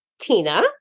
Tina